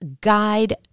guide